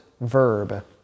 verb